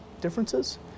differences